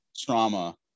trauma